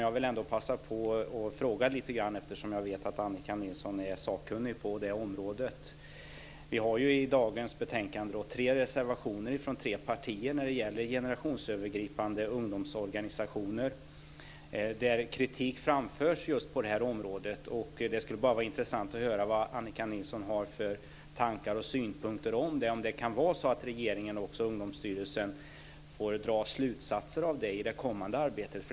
Jag vill passa på att fråga lite grann, eftersom jag vet att Annika Nilsson är sakkunnig på det området. Vi har i dagens betänkande tre reservationer från tre partier när det gäller generationsövergripande ungdomsorganisationer. Kritik framförs just på det här området. Det skulle vara intressant att höra vad Annika Nilsson har för tankar och synpunkter kring det. Kan regeringen och också Ungdomsstyrelsen få dra slutsatser av detta i det kommande arbetet?